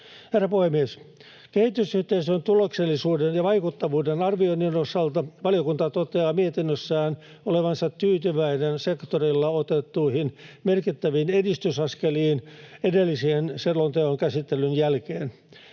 Herra puhemies! Kehitysyhteistyön tuloksellisuuden ja vaikuttavuuden arvioinnin osalta valiokunta toteaa mietinnössään olevansa tyytyväinen sektorilla otettuihin merkittäviin edistysaskeliin edellisen selonteon käsittelyn jälkeen.